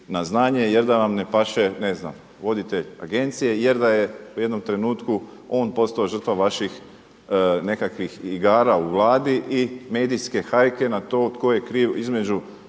na znanje jer da vam ne paše ne znam voditelj agencije jer da je u jednom trenutku on postao žrtva vaših nekakvih igara u Vladi i medijske hajke na to tko je kriv između